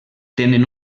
tenen